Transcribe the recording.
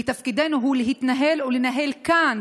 ותפקידנו הוא להתנהל ולנהל כאן,